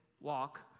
walk